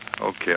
Okay